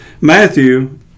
matthew